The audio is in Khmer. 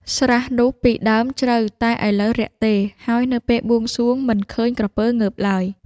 ស្រះនោះពីដើមជ្រៅតែឥឡូវរាក់ទេ ហើយ នៅពេលបួងសួងមិនឃើញក្រពើងើបឡើយ ។